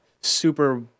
super